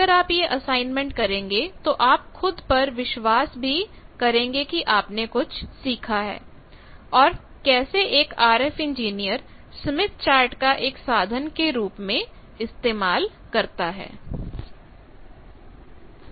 अगर आप यह असाइनमेंट करेंगे तो आपको खुद पर विश्वास भी होगा कि आपने कुछ सीखा है और कैसे एक आरएफ इंजीनियर स्मिथ चार्ट का एक साधन के रूप में इस्तेमाल करता है